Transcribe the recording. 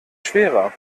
schwerer